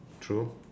true